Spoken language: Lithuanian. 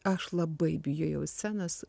aš labai bijojau scenos